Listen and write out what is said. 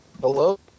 Hello